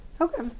Okay